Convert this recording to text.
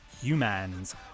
humans